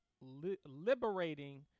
liberating